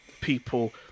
people